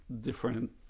different